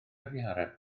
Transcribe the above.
ddihareb